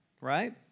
right